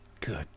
Good